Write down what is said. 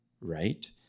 right